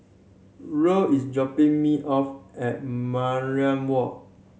Roll is dropping me off at Mariam Walk